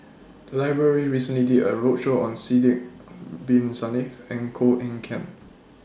The Library recently did A roadshow on Sidek Bin Saniff and Koh Eng Kian